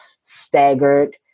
staggered